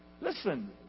Listen